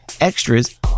extras